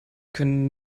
können